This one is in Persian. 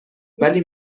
ولی